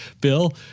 Bill